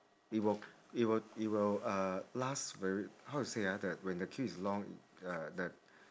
it will it will it will uh last very how to say ah the when the queue is long uh the